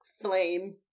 flame